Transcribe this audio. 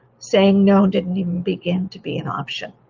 saying no didn't even begin to be an option.